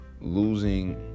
losing